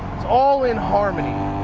it's all in harmony.